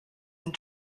and